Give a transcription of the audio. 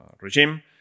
regime